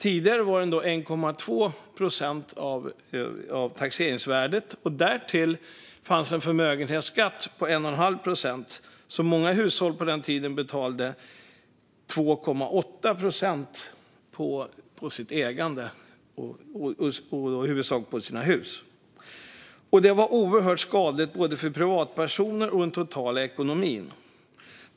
Tidigare var den 1,2 procent av taxeringsvärdet. Därtill fanns en förmögenhetsskatt på 1,5 procent. Många hushåll betalade alltså tidigare 2,8 procent i skatt på sitt ägande, i huvudsak på sina hus. Detta var mycket skadligt för både privatpersoner och den totala ekonomin.